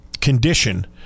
condition